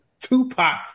Tupac